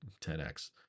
10x